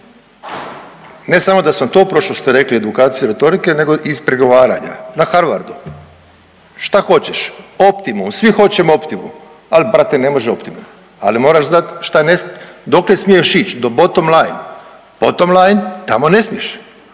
Ne samo da sam to prošao što ste rekli edukaciju retorike, nego i iz pregovaranja na Harvardu. Šta hoćeš? Optimu, svi hoćemo Optimu, ali brate ne može Optima. Ali moraš znati dokle smiješ ići, do bottom line. Bottom line, tamo ne smiješ.